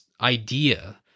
idea